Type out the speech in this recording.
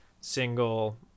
single